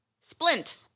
splint